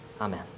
Amen